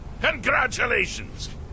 congratulations